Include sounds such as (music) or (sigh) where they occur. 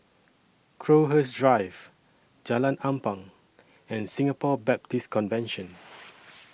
Crowhurst Drive Jalan Ampang and Singapore Baptist Convention (noise)